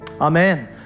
Amen